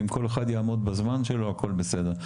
אם כל אחד יעמוד בזמן שלו, הכול בסדר.